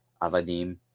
avadim